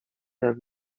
jak